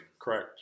Correct